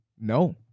No